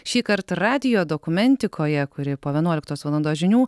šįkart radijo dokumentikoje kuri po vienuoliktos valandos žinių